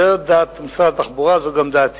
זו דעת משרד התחבורה, וזו גם דעתי.